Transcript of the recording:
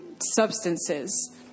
substances